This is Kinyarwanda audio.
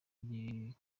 bigo